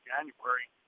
January